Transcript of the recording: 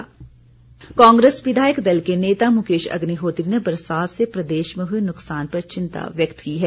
मुकेश कांग्रेस विधायक दल के नेता मुकेश अग्रिहोत्री ने बरसात से प्रदेश में हुए नुकसान पर चिंता व्यक्त की है